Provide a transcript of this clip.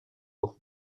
pour